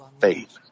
faith